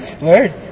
Word